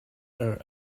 are